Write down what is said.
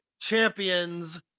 champions